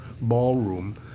ballroom